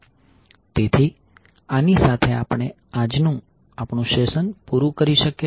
તેથી આની સાથે આપણે આપણું આજનું સેશન પુરુ કરી શકીએ છીએ